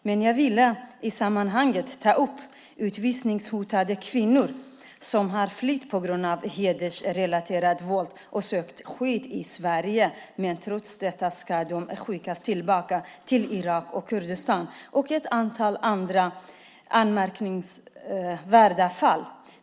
Men jag ville i sammanhanget ta upp utvisningshotade kvinnor som har flytt på grund av hedersrelaterat våld och sökt skydd i Sverige, men som trots detta ska skickas tillbaka till Irak och Kurdistan, och ett antal anmärkningsvärda fall.